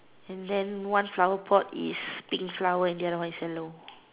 and then one flower pot is pink flower and the other one is yellow